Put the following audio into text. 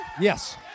Yes